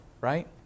right